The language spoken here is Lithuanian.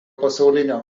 pasaulinio